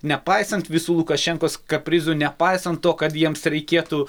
nepaisant visų lukašenkos kaprizų nepaisant to kad jiems reikėtų